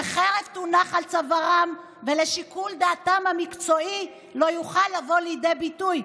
חרב תונח על צווארם ושיקול דעתם המקצועי לא יוכל לבוא לידי ביטוי,